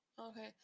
Okay